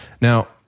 Now